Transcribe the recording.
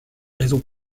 raisons